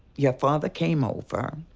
your father came over.